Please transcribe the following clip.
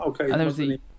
Okay